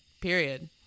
Period